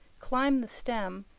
climb the stem,